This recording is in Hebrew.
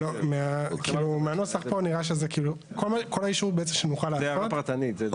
מהנוסח פה נראה --- זו הערה פרטנית.